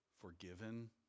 forgiven